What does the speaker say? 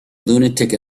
lunatic